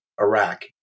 Iraq